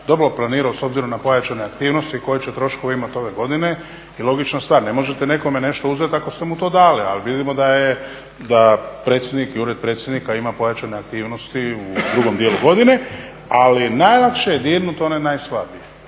dobro planirao s obzirom na pojačane aktivnosti koje će troškove imati ove godine i logična stvar ne možete nekome nešto uzeti ako ste mu to dali, a vidimo da je predsjednik i Ured predsjednika ima pojačane aktivnosti u drugom dijelu godine, ali najlakše je dirnuti one najslabije.